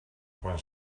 quan